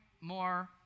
more